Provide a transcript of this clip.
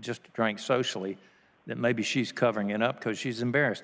just drank socially that maybe she's covering it up because she's embarrassed